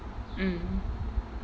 mm